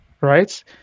Right